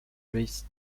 largest